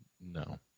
No